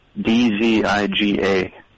D-Z-I-G-A